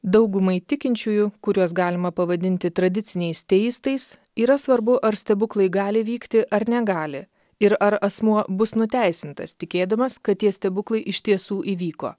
daugumai tikinčiųjų kuriuos galima pavadinti tradiciniais teistais yra svarbu ar stebuklai gali vykti ar negali ir ar asmuo bus nuteisintas tikėdamas kad tie stebuklai iš tiesų įvyko